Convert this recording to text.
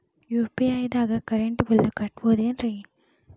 UPI ದಾಗ current bill ಕಟ್ಟಬಹುದೇನ್ರಿ?